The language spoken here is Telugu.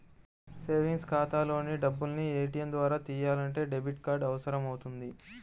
సేవింగ్స్ ఖాతాలోని డబ్బుల్ని ఏటీయం ద్వారా తియ్యాలంటే డెబిట్ కార్డు అవసరమవుతుంది